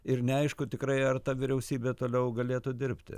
ir neaišku tikrai ar ta vyriausybė toliau galėtų dirbti